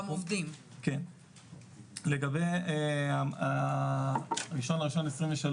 לגבי ה-1.123,